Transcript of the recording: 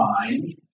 mind